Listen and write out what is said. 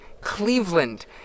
Cleveland